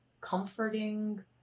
comforting